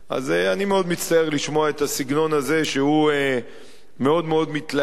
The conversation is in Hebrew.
אז אני מאוד מצטער לשמוע את הסגנון הזה שהוא מאוד מאוד מתלהם,